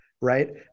right